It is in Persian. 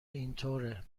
اینطوره